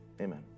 Amen